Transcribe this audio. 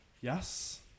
yes